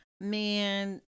man